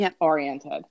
oriented